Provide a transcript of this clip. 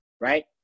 right